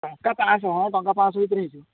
ଟଙ୍କା ପାଞ୍ଚଶହ ହଁ ଟଙ୍କା ପାଞ୍ଚଶହ ଭିତରେ ହେଇଯିବ